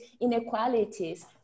inequalities